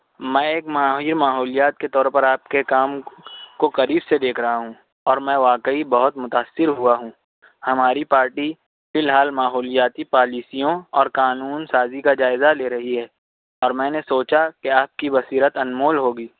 میں ایک ماہر ماحولیات کے طور پر آپ کے کام کو قریب سے دیکھ رہا ہوں اور میں واقعی بہت متاثر ہوا ہوں ہماری پارٹی فی الحال ماحولیاتی پالیسیوں اور قانون سازی کا جائزہ لے رہی ہے اور میں نے سوچا کہ آپ کی بصیرت انمول ہوگی